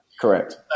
correct